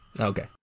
Okay